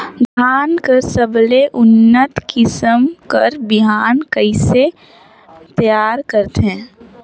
धान कर सबले उन्नत किसम कर बिहान कइसे तियार करथे?